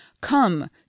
come